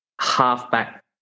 halfback